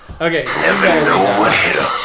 Okay